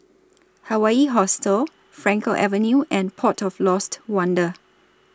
Hawaii Hostel Frankel Avenue and Port of Lost Wonder